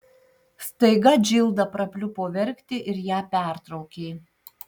staiga džilda prapliupo verkti ir ją pertraukė